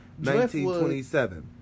1927